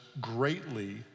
greatly